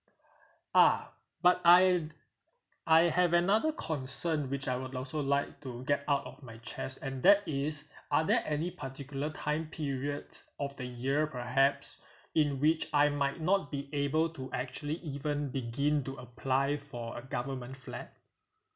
ah but I I have another concern which I would also like to get out of my chest and that is are there any particular time period of the year perhaps in which I might not be able to actually even begin to apply for a government flat